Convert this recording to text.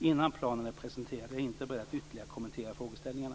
Innan planen är presenterad är jag inte beredd att ytterligare kommentera frågeställningarna.